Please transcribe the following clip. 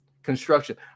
Construction